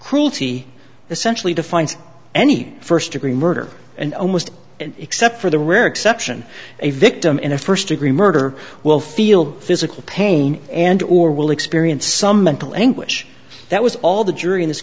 cruelty essentially defines any first degree murder and almost except for the rare exception a victim in a first degree murder will feel physical pain and or will experience some mental anguish that was all the jury in this